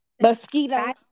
mosquito